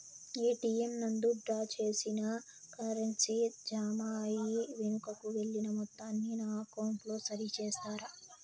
ATM నందు draw చేసిన currency జామ అయి వెనుకకు వెళ్లిన మొత్తాన్ని నా అకౌంట్ లో సరి చేస్తారా?